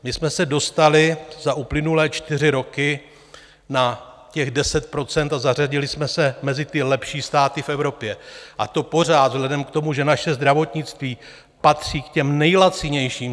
My jsme se dostali za uplynulé čtyři roky na těch 10 % a zařadili jsme se mezi ty lepší státy v Evropě, a to pořád vzhledem k tomu, že naše zdravotnictví patří k těm nejlacinějším.